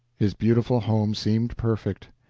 his beautiful home seemed perfect.